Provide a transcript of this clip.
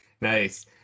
nice